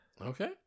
Okay